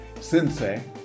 sensei